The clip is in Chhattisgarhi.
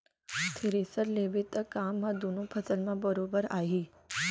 थेरेसर लेबे त काम ह दुनों फसल म बरोबर आही